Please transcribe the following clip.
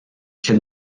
się